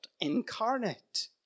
incarnate